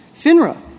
FINRA